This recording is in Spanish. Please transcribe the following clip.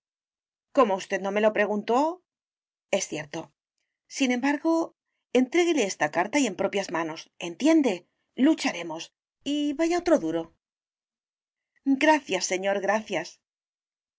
como usted no me lo preguntó es cierto sin embargo entréguele esta carta y en propias manos entiende lucharemos y vaya otro duro gracias señor gracias